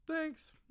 thanks